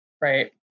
right